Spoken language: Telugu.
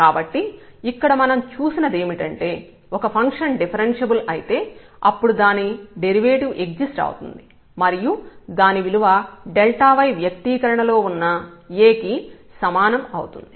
కాబట్టి ఇక్కడ మనం చూసినదేమిటంటే ఒక ఫంక్షన్ డిఫరెన్ష్యబుల్ అయితే అప్పుడు దాని డెరివేటివ్ ఎగ్జిస్ట్ అవుతుంది మరియు దాని విలువ y వ్యక్తీకరణ లో ఉన్న A కి సమానం అవుతుంది